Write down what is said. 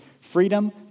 freedom